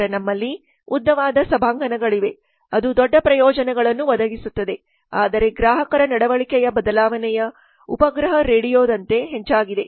ನಂತರ ನಮ್ಮಲ್ಲಿ ಉದ್ದವಾದ ಸಭಾಂಗಣಗಳಿವೆ ಅದು ದೊಡ್ಡ ಪ್ರಯೋಜನಗಳನ್ನು ಒದಗಿಸುತ್ತದೆ ಆದರೆ ಗ್ರಾಹಕರ ನಡವಳಿಕೆಯ ಬದಲಾವಣೆಯು ಉಪಗ್ರಹ ರೇಡಿಯೊದಂತೆ ಹೆಚ್ಚಾಗಿದೆ